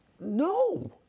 No